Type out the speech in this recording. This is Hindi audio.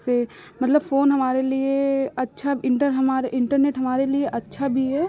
से मतलब फ़ोन हमारे लिए अच्छा इन्टर हमारे इन्टरनेट हमारे लिए अच्छा भी है